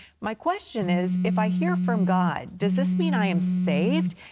my question is if i hear from god, does this mean i am saved?